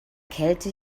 kälte